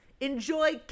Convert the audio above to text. Enjoy